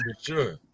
sure